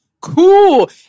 cool